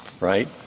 right